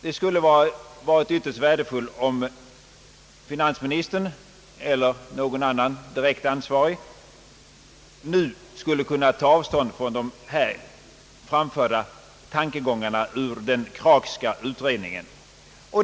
Det skulle ha varit ytterst värdefullt om finansministern eller någon annan direkt ansvarig nu skulle kunna ta avstånd från de här framförda tankegångarna ur den Kraghska utredningen.